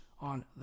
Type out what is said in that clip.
on